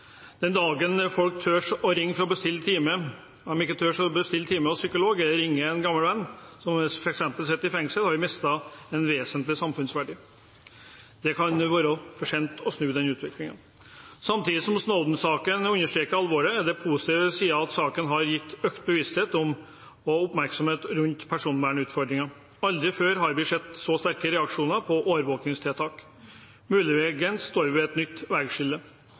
Den dagen folk ikke tør å ringe for å bestille time hos psykologen eller ringe en gammel venn som sitter i fengsel, f.eks., har vi mistet en vesentlig samfunnsverdi. Da kan det være for sent å snu utviklingen. Samtidig som Snowden-saken understreker alvoret, er den positive siden at saken har gitt økt bevissthet og oppmerksomhet rundt personvernutfordringer. Aldri før har vi sett så sterke reaksjoner på overvåkingstiltak. Muligens står vi ved et nytt